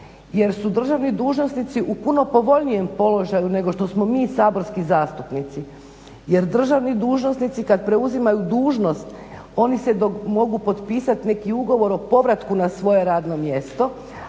jer su državni dužnosnici u puno povoljnijem položaju nego što smo mi saborski zastupnici. Jer državni dužnosti kad preuzimaju dužnost oni se mogu potpisati neki ugovor o povratku na svoje radno mjesto,